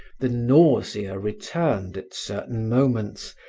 the nausea returned at certain moments,